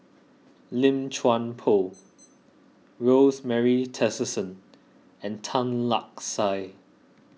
Lim Chuan Poh Rosemary Tessensohn and Tan Lark Sye